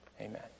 Amen